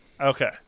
Okay